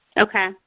Okay